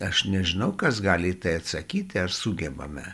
aš nežinau kas gali į tai atsakyti ar sugebame